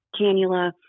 cannula